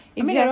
you mean